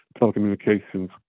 telecommunications